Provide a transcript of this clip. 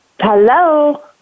Hello